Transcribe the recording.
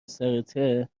سرته